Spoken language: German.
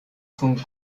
von